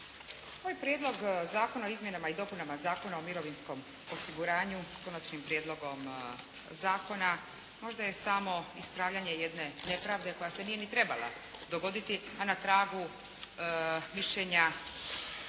Zakona o izmjenama i dopunama Zakona o mirovinskom osiguranju s konačnim prijedlogom zakona možda je samo ispravljanje jedne nepravde koja se nije ni trebala dogoditi, a na tragu mišljenja